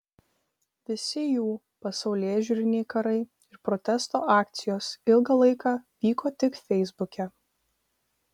visi jų pasaulėžiūriniai karai ir protesto akcijos ilgą laiką vyko tik feisbuke